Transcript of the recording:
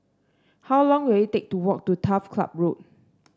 how long will it take to walk to Turf Club Road